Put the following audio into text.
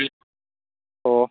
ꯑꯣ